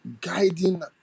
guiding